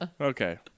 okay